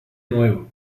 nuevo